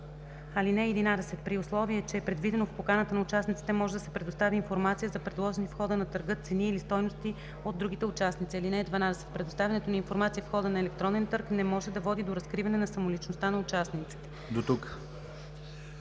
момент. (11) При условие че е предвидено в поканата, на участниците може да се предостави информация за предложени в хода на търга цени или стойности от другите участници. (12) Предоставянето на информация в хода на електронен търг не може да води до разкриване на самоличността на участниците.”